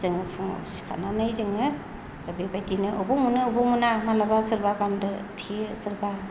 जोङो फुङाव सिखारनानै जोङो बेबायदिनो बबेयाव मोनो बबेयाव मोना माब्लाबा सोरबा बान्दो थेयो सोरबा